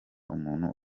umuntu